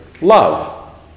love